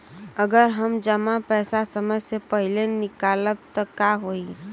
अगर हम जमा पैसा समय से पहिले निकालब त का होई?